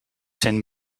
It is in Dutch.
zijn